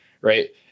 Right